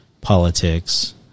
politics